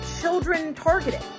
children-targeted